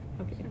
Okay